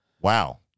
Wow